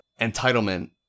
entitlement